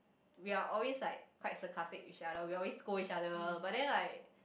we are always like quite sarcastic each other we always go each other but then like